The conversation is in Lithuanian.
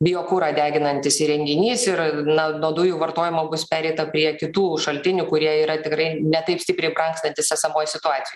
biokurą deginantis įrenginys ir na nuo dujų vartojimo bus pereita prie kitų šaltinių kurie yra tikrai ne taip stipriai brangstantys esamoj situacijoj